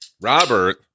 Robert